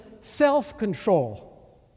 self-control